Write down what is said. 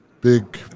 big